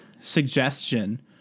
suggestion